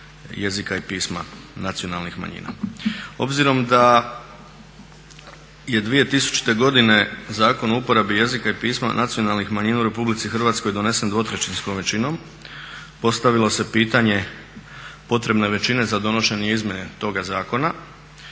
jezika i pisma nacionalnih manjina. Obzirom da je 2000. godine Zakon o uporabi jezika i pisma nacionalnih manjina u Republici Hrvatskoj donesen dvotrećinskom većinom, postavilo se pitanje potrebne većine za donošenje izmjene toga zakona.